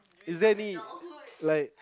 is there any like